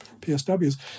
PSWs